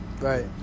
Right